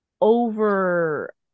over